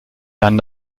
dann